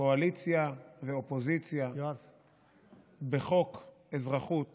קואליציה ואופוזיציה, בחוק אזרחות